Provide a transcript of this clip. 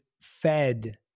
fed